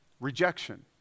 Rejection